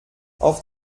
auf